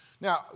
Now